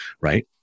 right